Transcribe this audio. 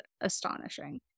astonishing